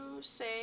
say